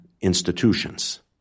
institutions